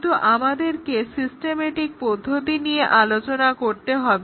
কিন্তু আমাদেরকে সিস্টেমেটিক পদ্ধতি নিয়ে আলোচনা করতে হবে